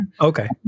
okay